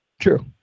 True